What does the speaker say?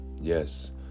Yes